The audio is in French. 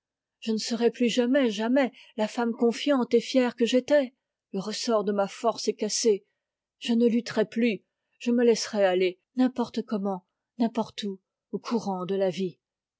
je ne serai plus jamais jamais la femme confiante et fière que j'étais le ressort de ma force est cassé je ne lutterai plus je me laisserai aller n'importe comment n'importe où au courant de la vie